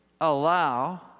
allow